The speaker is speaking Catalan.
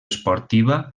esportiva